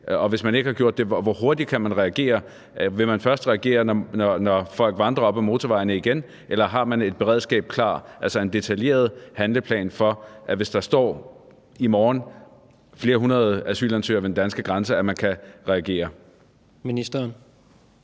hvor hurtigt kan man så reagere? Vil man først reagere, når folk vandrer op ad motorvejene igen – eller har man et beredskab klar, altså en detaljeret handleplan for at håndtere det, hvis der i morgen står flere hundrede asylansøgere ved den danske grænse, altså således at man